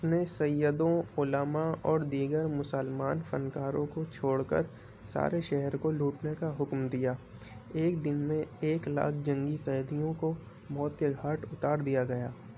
اس نے سیدوں علماء اور دیگر مسلمان فنکاروں کو چھوڑ کر سارے شہر کو لوٹنے کا حکم دیا ایک دن میں ایک لاکھ جنگی قیدیوں کو موت کے گھاٹ اتار دیا گیا